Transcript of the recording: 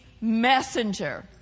messenger